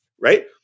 Right